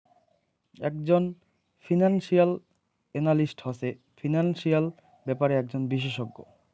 একজন financial analyst হসে financial ব্যাপারে একজন বিশষজ্ঞ